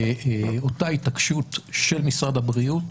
אותה התעקשות של משרד הבריאות,